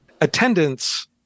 attendance